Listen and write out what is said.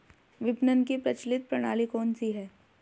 विपणन की प्रचलित प्रणाली कौनसी है?